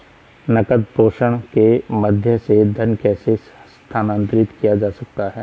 नकद प्रेषण के माध्यम से धन कैसे स्थानांतरित किया जाता है?